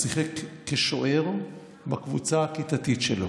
הוא שיחק כשוער בקבוצה הכיתתית שלו